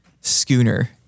schooner